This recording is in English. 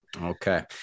Okay